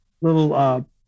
little